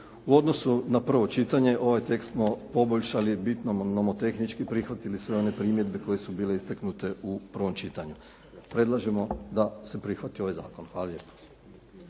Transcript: U odnosu na prvo čitanje ovaj tekst smo poboljšali i bitno nomotehnički prihvatili sve one primjedbe koje su bile istaknute u prvom čitanju. Predlažemo da se prihvati ovaj zakon. **Friščić,